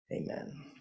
Amen